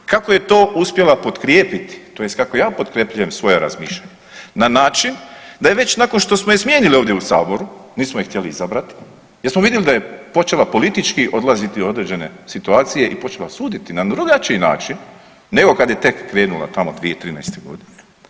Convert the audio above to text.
Kako je to uspjela potkrijepiti, tj. kako ja potkrjepljujem svoja razmišljanja na način da je već nakon što smo je smijenili ovdje u saboru, nismo je htjeli izabrat, jer smo vidjeli da je počela politički odlaziti u određene situacije i počela nam suditi na drugačiji način nego kad je tek krenula tamo 2013. godine.